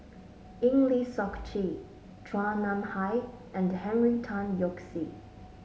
Eng Lee Seok Chee Chua Nam Hai and Henry Tan Yoke See